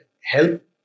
Help